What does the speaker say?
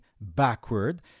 backward